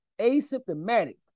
asymptomatic